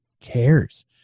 cares